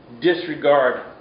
disregard